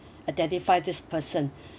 identify this person